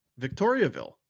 Victoriaville